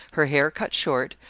her hair cut short,